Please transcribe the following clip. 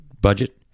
budget